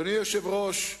אדוני היושב-ראש,